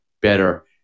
better